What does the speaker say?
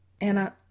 Anna